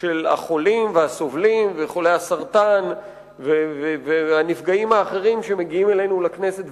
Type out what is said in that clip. של החולים והסובלים וחולי הסרטן והנפגעים האחרים שמגיעים אלינו לכנסת,